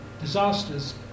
disasters